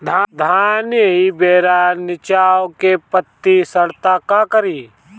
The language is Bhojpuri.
धान एही बेरा निचवा के पतयी सड़ता का करी?